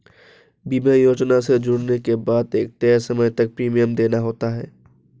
बीमा योजना से जुड़ने के बाद एक तय समय तक प्रीमियम देना होता है